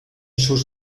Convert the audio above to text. sus